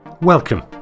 Welcome